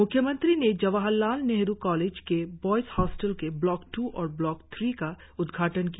म्ख्यमंत्री ने जवाहर लाल नेहरु कॉलेज के ब्वायज हॉस्टल के ब्लॉक दू और ब्लॉक थ्री का उद्घाटन किया